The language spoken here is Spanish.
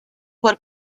por